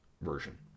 version